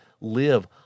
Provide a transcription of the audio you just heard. live